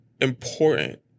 important